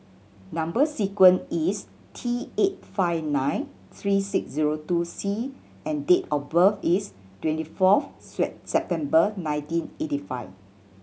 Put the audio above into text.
number sequence is T eight five nine three six zero two C and date of birth is twenty fourth September nineteen eighty five